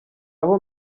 aho